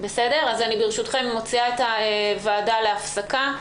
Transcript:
ברשותכם, אני מוציאה את הוועדה להפסקה.